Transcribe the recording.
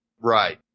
Right